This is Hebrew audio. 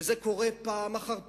וזה קורה פעם אחר פעם,